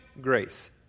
grace